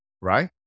right